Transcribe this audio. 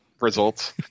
results